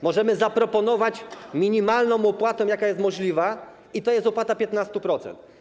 Możemy zaproponować minimalną opłatę, jaka jest możliwa, i to jest opłata 15%.